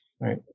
Right